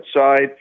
outside